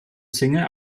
single